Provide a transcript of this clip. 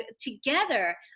together